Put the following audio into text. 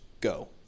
go